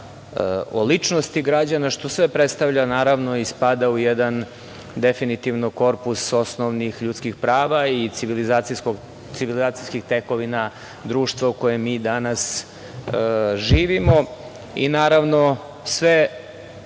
o ličnosti građana, što sve predstavlja i spada u jedan definitivno korpus osnovnih ljudskih prava i civilizacijskih tekovina društva u kojem mi danas živimo. Sve ovo